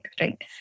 right